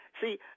See